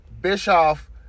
Bischoff